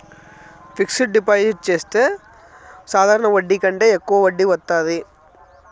fixed deposit చెత్తే సాధారణ వడ్డీ కంటే యెక్కువ వడ్డీ వత్తాది